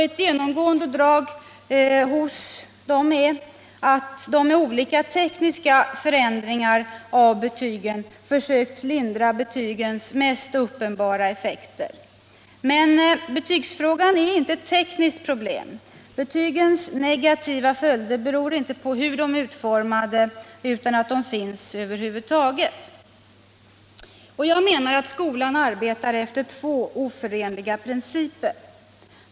Ett genomgående drag för dem är att de med olika tekniska förändringar av betygen försökt lindra betygens mest uppenbara effekter. Men betygsfrågan är inte ett tekniskt problem. Betygens negativa följder beror inte på hur de är utformade utan på att de finns över huvud taget. Jag menar att skolan arbetar efter två oförenliga principer.